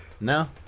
No